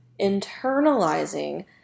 internalizing